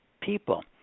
people